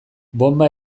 bonba